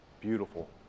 beautiful